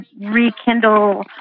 rekindle